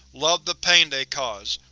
love the pain they cause.